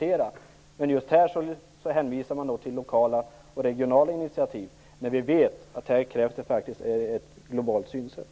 Men här hänvisar man till lokala och regionala initiativ, trots att vi vet att det krävs ett globalt synsätt.